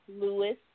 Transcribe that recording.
Lewis